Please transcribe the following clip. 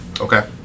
Okay